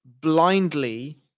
blindly